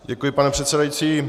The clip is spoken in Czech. Děkuji, pane předsedající.